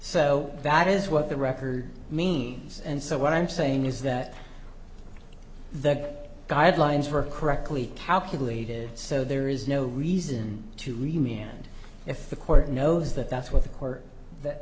so that is what the record means and so what i'm saying is that the guidelines were correctly calculated so there is no reason to remain and if the court knows that that's what the court that